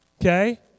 Okay